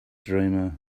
dreamer